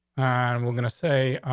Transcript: and we're gonna say,